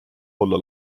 olla